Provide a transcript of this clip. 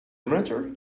matter